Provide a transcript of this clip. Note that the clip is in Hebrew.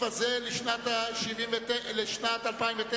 לשנת 2009: